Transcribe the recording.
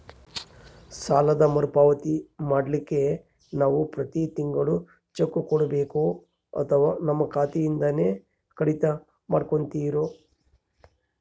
ಸಾಲದ ಮರುಪಾವತಿ ಮಾಡ್ಲಿಕ್ಕೆ ನಾವು ಪ್ರತಿ ತಿಂಗಳು ಚೆಕ್ಕು ಕೊಡಬೇಕೋ ಅಥವಾ ನಮ್ಮ ಖಾತೆಯಿಂದನೆ ಕಡಿತ ಮಾಡ್ಕೊತಿರೋ?